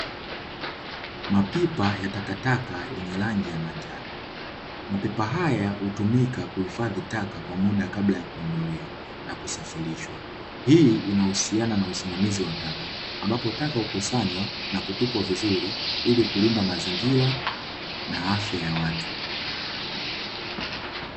Mapipa ya takataka yenye rangi ya manjano, mapipa haya hutumika kuhifadhi taka kwa muda kabla ya kuondolewa na kusafirishwa. Hii inahusiana na usimamizi wa taka, ambapo taka hukusanywa na kutupwa vizuri ili kulinda mazingira na afya ya watu.